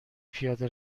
پیاده